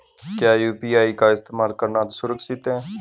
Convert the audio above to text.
क्या यू.पी.आई का इस्तेमाल करना सुरक्षित है?